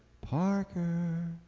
Parker